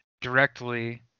directly